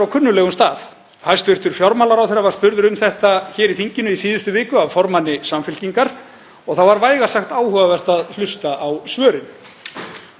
Hann þuldi upp almennar skattgreiðslur sjávarútvegsfyrirtækja eins og þau ættu skilið eitthvert sérstakt klapp á bakið fyrir að borga skatt eins og önnur fyrirtæki og fólkið í landinu.